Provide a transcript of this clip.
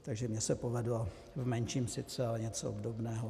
Takže mně se povedlo v menším sice, ale něco obdobného.